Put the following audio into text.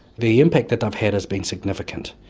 the impact that they've had has been significant.